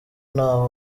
ntaho